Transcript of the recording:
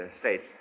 states